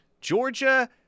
Georgia